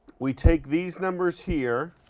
we take these numbers here,